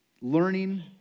learning